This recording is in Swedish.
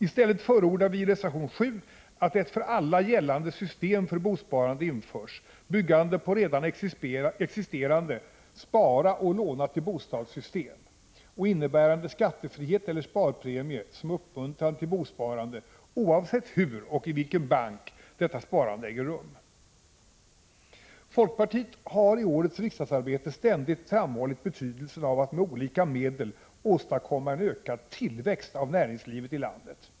I stället förordar vi i reservation 7 att ett för alla gällande system för bosparande införs, byggande på redan existerande ”spara och låna till bostad-system” och innebärande skattefrihet eller sparpremie som uppmuntran till bosparande, oavsett hur och i vilken bank detta sparande äger rum. Folkpartiet har i årets riksdagsarbete ständigt framhållit betydelsen av att med olika medel åstadkomma en ökad tillväxt av näringslivet i landet.